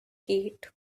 gate